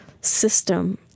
system